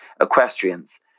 equestrians